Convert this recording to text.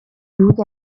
louis